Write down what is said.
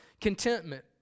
contentment